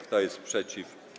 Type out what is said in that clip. Kto jest przeciw?